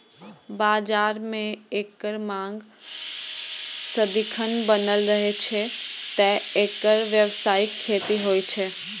बाजार मे एकर मांग सदिखन बनल रहै छै, तें एकर व्यावसायिक खेती होइ छै